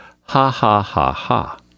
ha-ha-ha-ha